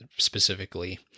specifically